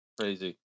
crazy